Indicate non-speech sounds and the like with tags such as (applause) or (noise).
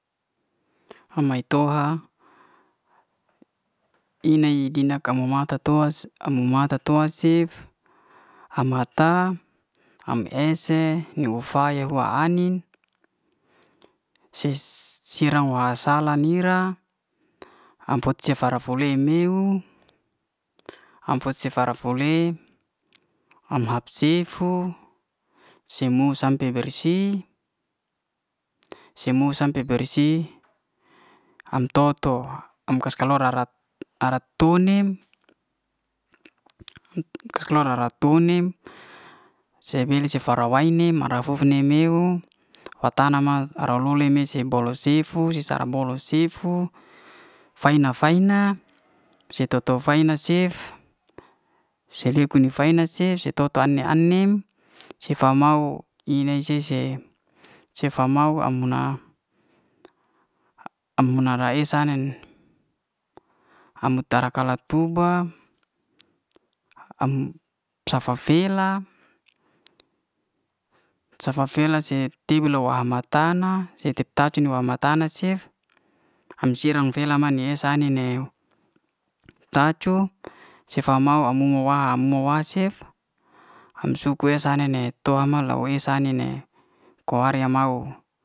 Amai to'ho inai dina'ka ma maka na toa. am mama toa cef am hata am ese niuw faya niuw hua ai'nin (hesitation) sera wa salah ni'ra am fot cef fara'ro miuw. am fot se fara fole am hap sifu semu sampe bersih (hesitation) semu sampe bersih am to to am kas kaluar larat arat tu nem kas kaluar rarat to nem se bi se fara wai nem ara fuf ne meiuw wata'tanah ma aro'lole cef bo'lo sifu si sara bo'lo sifu fai'na- fai'na se to to fai'na cef se libu ne fana cef se to to ne ai'nim- ai'nim sifa mau inai si se sefa mau am abu'na am buna esa na ne, am tara ka la tuba, am safa fela. safa fela se tiba la hama tanah. se tep tacu wa ama tanah cef am si ra fela mani esa ai'ni ne tacu sefa mau amo'wa, amo'wa cef am suku esa ai'nin ne toa mala ho'esa anin ne ko araya mau.